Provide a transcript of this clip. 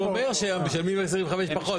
הוא אומר שמשלמים 25% פחות.